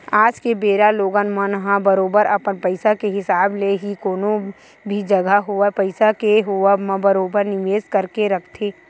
आज के बेरा लोगन मन ह बरोबर अपन पइसा के हिसाब ले ही कोनो भी जघा होवय पइसा के होवब म बरोबर निवेस करके रखथे